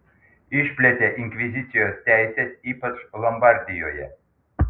išplėtė inkvizicijos teises ypač lombardijoje